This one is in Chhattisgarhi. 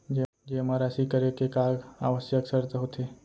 जेमा राशि करे के का आवश्यक शर्त होथे?